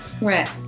right